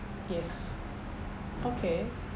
yes okay